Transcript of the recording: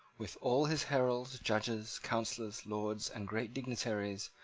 with all his heralds, judges, councillors, lords, and great dignitaries,